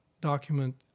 document